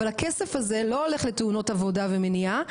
אבל הכסף הזה לא הולך לתאונות עבודה ומניעה,